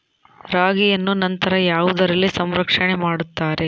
ರಾಗಿಯನ್ನು ನಂತರ ಯಾವುದರಲ್ಲಿ ಸಂರಕ್ಷಣೆ ಮಾಡುತ್ತಾರೆ?